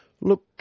Look